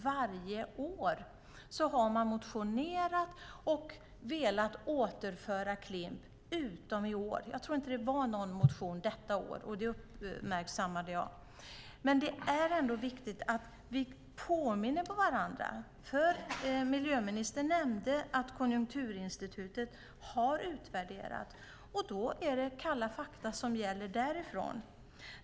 Varje år har man motionerat och velat återinföra Klimp utom i år. Jag tror inte att det var någon motion detta år. Det uppmärksammade jag. Det är ändå viktigt att vi påminner varandra. Miljöministern nämnde att Konjunkturinstitutet har utvärderat. Det är kalla fakta som gäller därifrån.